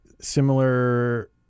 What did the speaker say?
similar –